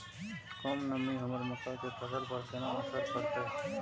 कम नमी हमर मक्का के फसल पर केना असर करतय?